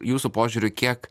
jūsų požiūriu kiek